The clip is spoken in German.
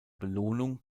belohnung